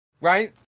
right